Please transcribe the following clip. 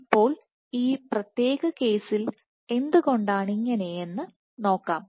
ഇപ്പോൾ ഈ പ്രത്യേക കേസിൽ എന്തുകൊണ്ടാണിങ്ങനെ എന്ന് നോക്കാം